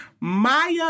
Maya